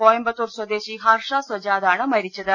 കോയമ്പത്തൂർ സ്വദേശി ഹർഷാ സ്വജാദാണ് മരിച്ചത്